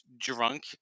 drunk